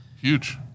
Huge